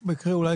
אולי,